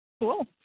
cool